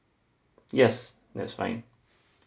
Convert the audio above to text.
yes that's fine